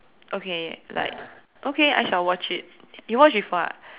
okay like okay I shall watch it you watch before ah